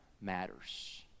matters